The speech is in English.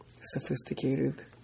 sophisticated